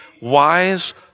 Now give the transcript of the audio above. wise